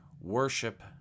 worship